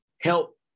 help